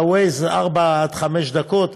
ב-Waze זה ארבע עד חמש דקות.